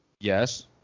Yes